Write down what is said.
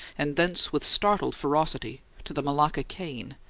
and thence with startled ferocity to the malacca cane,